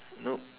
nope